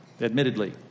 admittedly